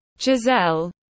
Giselle